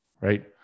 Right